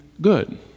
good